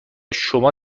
شما